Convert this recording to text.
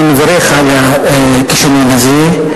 אני מברך על הכישלון הזה.